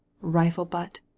rifle-butt